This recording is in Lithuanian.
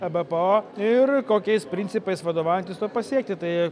ebpo ir kokiais principais vadovaujantis to pasiekti tai